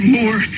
more